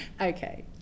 Okay